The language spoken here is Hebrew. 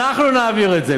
אנחנו נעביר את זה,